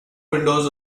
windows